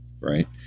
right